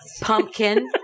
Pumpkin